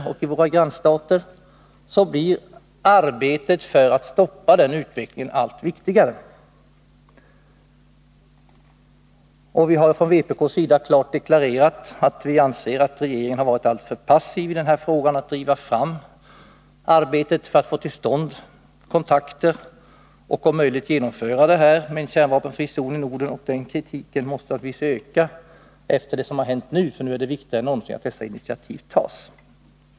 Även i våra grannstater blir arbetet för att stoppa den utvecklingen allt viktigare. Från vpk:s sida har vi klart deklarerat att vi anser att regeringen har varit alltför passiv i denna fråga — när det gäller att driva arbetet för att få till stånd kontakter och om möjligt genomföra kravet på en kärnvapenfri zon i Norden. Den kritiken måste naturligtvis öka efter vad som har hänt nu, för nu är det viktigare än någonsin att dessa initiativ tas.